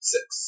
Six